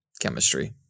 chemistry